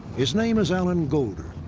his name is alan golder,